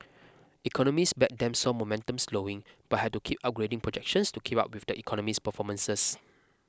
economists back them saw momentum slowing but had to keep upgrading projections to keep up with the economy's performances